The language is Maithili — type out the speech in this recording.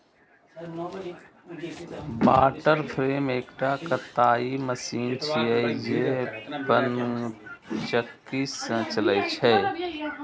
वाटर फ्रेम एकटा कताइ मशीन छियै, जे पनचक्की सं चलै छै